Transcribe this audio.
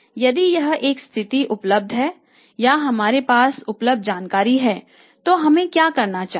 यदि यह एक स्थिति उपलब्ध है या यह हमारे पास उपलब्ध जानकारी है तो हमें क्या करना चाहिए